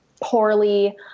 poorly